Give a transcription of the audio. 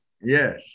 Yes